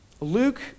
Luke